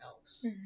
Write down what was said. else